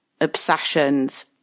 obsessions